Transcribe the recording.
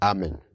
Amen